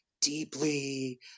deeply